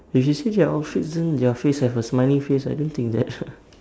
if you see their outfits then their face have a smiley face I don't think that